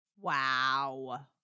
Wow